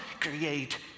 create